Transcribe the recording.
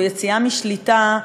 או יציאה משליטה,